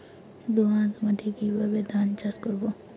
দোয়াস মাটি কিভাবে ধান চাষ করব?